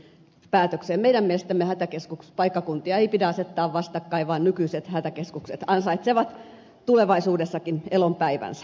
meidän mielestämme hätäkeskuspaikkakuntia ei pidä asettaa vastakkain vaan nykyiset hätäkeskukset ansaitsevat tulevaisuudessakin elonpäivänsä